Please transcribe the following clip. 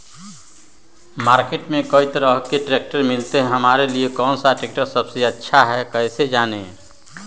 Market में कई तरह के ट्रैक्टर मिलते हैं हमारे लिए कौन सा ट्रैक्टर सबसे अच्छा है कैसे जाने?